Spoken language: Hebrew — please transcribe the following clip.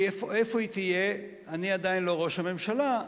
איפה היא תהיה, אני עדיין לא ראש הממשלה,